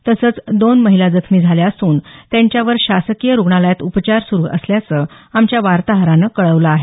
तसंच दोन महिला जखमी झाल्या असून त्यांच्यावर शासकीय रुग्णालयात उपचार सुरु असल्याचं आमच्या वार्ताहरानं कळवलं आहे